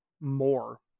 more